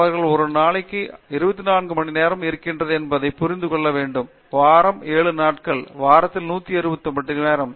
அவர்கள் ஒரு நாளுக்கு 24 மணி நேரம் இருக்கிறது என்பதை புரிந்து கொள்ள வேண்டும் வாரம் 7 நாட்கள் வாரத்தில் 168 மணி நேரம்